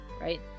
right